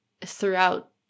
throughout